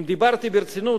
אם דיברתי ברצינות,